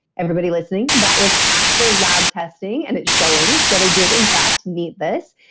everybody listening, that was after lab testing and it's showing that i did in fact need this.